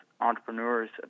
entrepreneurs